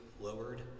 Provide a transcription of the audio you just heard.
lowered